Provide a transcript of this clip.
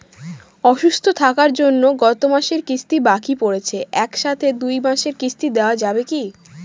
অসুস্থ থাকার জন্য গত মাসের কিস্তি বাকি পরেছে এক সাথে দুই মাসের কিস্তি দেওয়া যাবে কি?